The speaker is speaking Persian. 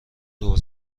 دور